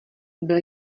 byl